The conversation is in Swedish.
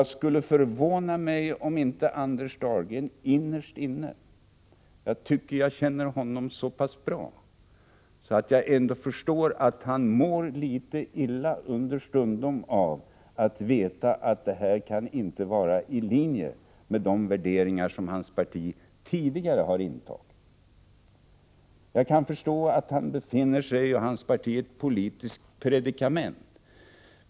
Det skulle förvåna mig om inte Anders Dahlgren innerst inne — jag tycker att jag känner honom så pass bra — understundom mår litet illa av att veta att det här inte kan vara i linje med de värderingar som hans parti tidigare har haft. Jag kan förstå att han och hans parti befinner sig i ett politiskt predikament.